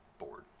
board,